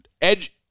Edge